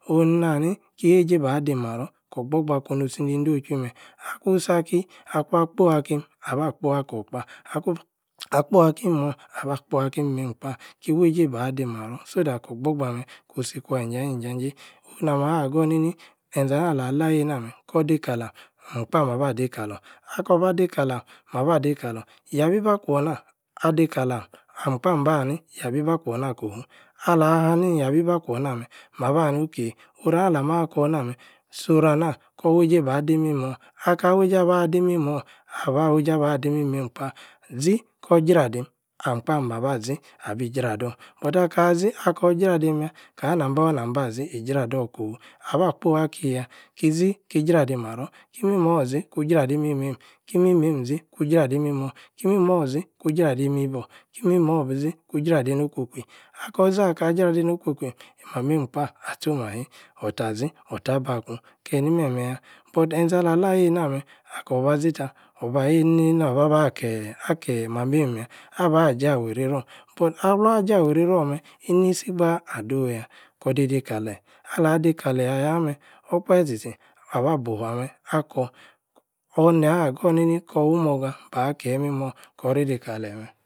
onu-neīna-nī keīje ba-dimaror. kor ogbor-gba konu-si nei-endochwuī-meh. akun-sa-ki akwuan-kpo-akim. abah kpo akor kpah. akun kpo-aki-imor˼abah-kpo-aki-imeim kpah. kiwei-je bah di-maror. so-that oh-gbogba-ameh kunsi-kwa in-ja-ji-ja-jei. onu-nama-hagun-ninī. nȝe-anah alah layeī-eina-meh. kor-deī-kalam. ahm-kpa maba-dei-kalor. akobah-deīkalom. mabah-dei kalor. yabi-bakwor-nah kofa. alah-hani-inyabi-ba-kwo rnah-meh. maba-hani-ok. oruana-alah-makor na-meh. so-rana. kor-wueījē bah-di-imimor. aka-wueije abah-di-imimor. abah-wueije aba-di-imimeim kpah, ȝi!-kor jradim. ahm-kpo. mabaȝi mabi-jrador. but-akah-ȝi akor-jradim-yah. kana-nam-nayor. nam-naȝi i-jrador kofu? Aba-kpoi akiyah. kiȝi-ki-Jradi-maror. ki-imimor ȝi kjradi imimeim. ki-imimemi-ȝi ku Jradi imimor ki-imimor-ȝi ku-jradi mibuor. ki-imimor-ȝi ku-jradei einokwokwui. akah-ȝi. akoh jradei-einokwokwui. imameim-kpa ah-tcho˺m nmahi. or-tah-ȝi. or-tah bakun. keh-ni-meh-meh-yah? but enȝe-alah eiyei eina-meh. kor-baȝi tah. or-ba-yeīyī-nīnī nor-bah-bah keh. akeh mameim-yah. abah jah wueírei-ror. but alvan jah wueíreí-ror meh. īnisī-gbaaah ado-yah. kor dei-dei kaleyi. alah dei-kaleyi-ayah meh. okpahe. tchi-tchi abah-bufuor-ameh akoh onu-nīa-hagor-nini. kor-wuīmorga bah keyi-imimor kor rei-dei kaleyi-meh